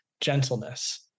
gentleness